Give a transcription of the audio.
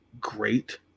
great